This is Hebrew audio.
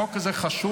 החוק הזה חשוב.